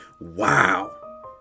wow